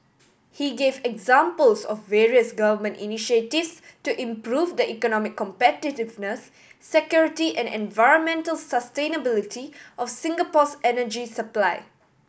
he gave examples of various Government initiatives to improve the economic competitiveness security and environmental sustainability of Singapore's energy supply